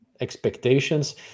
expectations